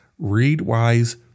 ReadWise